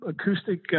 acoustic